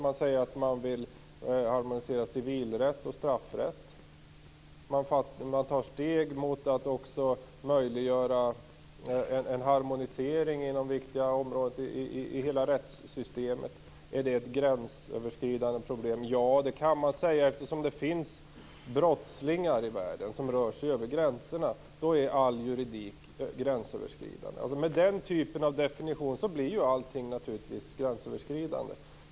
Man säger att man vill harmonisera civilrätt och straffrätt. Man tar steg mot att också möjliggöra en harmonisering inom viktiga områden i rättssystemet. Är det ett gränsöverskridande problem? Ja, det kan man säga, eftersom det finns brottslingar i världen som rör sig över gränserna. Då är all juridik gränsöverskridande. Med den typen av definition blir allting gränsöverskridande.